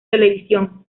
televisión